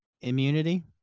Immunity